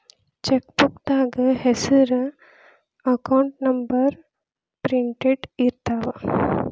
ಚೆಕ್ಬೂಕ್ದಾಗ ಹೆಸರ account number printed ಇರ್ತಾವ